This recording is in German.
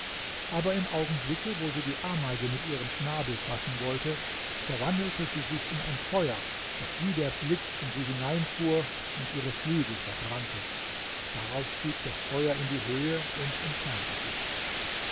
aber im augenblicke wo sie die ameise mit ihrem schnabel fassen wollte verwandelte sie sich in ein feuer das wie der blitz in sie hineinfuhr und ihre flügel verbrannte darauf stieg das feuer in die höhe und entfernte sich